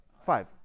five